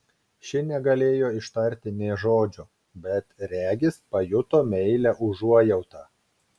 ši negalėjo ištarti nė žodžio bet regis pajuto meilią užuojautą